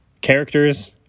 characters